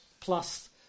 plus